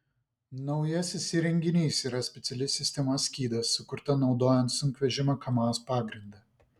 naujasis įrenginys yra speciali sistema skydas sukurta naudojant sunkvežimio kamaz pagrindą